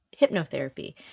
hypnotherapy